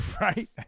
right